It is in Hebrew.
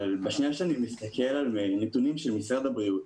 אבל בשנייה שאני מסתכל על נתונים של משרד הבריאות,